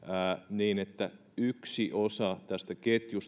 niin että jos yksi osa tästä